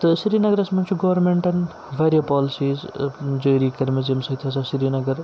تہٕ سرینَگرَس منٛز چھُ گورمنٹَن واریاہ پولسیٖز جٲری کٔرمٕژ ییٚمہِ سۭتۍ ہَسا سرینَگر